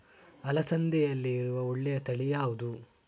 ಅಲಸಂದೆಯಲ್ಲಿರುವ ಒಳ್ಳೆಯ ತಳಿ ಯಾವ್ದು?